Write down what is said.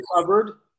covered